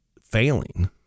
failing